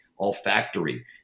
olfactory